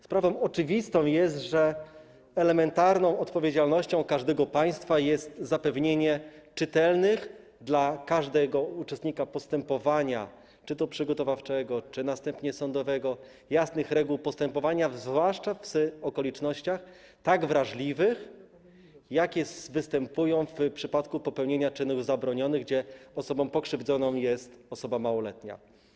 Sprawą oczywistą jest, że przedmiotem elementarnej odpowiedzialności każdego państwa jest zapewnienie czytelnych dla każdego uczestnika postępowania - czy to przygotowawczego, czy następnie sądowego - jasnych reguł postępowania, zwłaszcza w okolicznościach tak wrażliwych, jakie występują w przypadku popełnienia czynów zabronionych, gdzie osobą pokrzywdzoną jest osoba małoletnia.